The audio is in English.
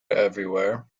everywhere